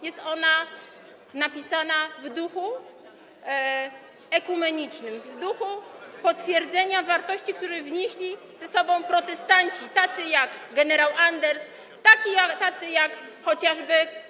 Jest ona napisana w duchu ekumenicznym, w duchu potwierdzenia wartości, które wnieśli protestanci, tacy jak gen. Anders, tacy jak chociażby.